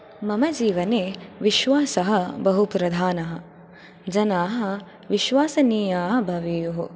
मम जीवने विश्वासः बहुप्रधानः जनाः विश्वासनीयाः भवेयुः